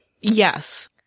Yes